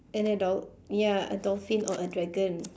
and a dol~ ya a dolphin or a dragon